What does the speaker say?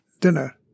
dinner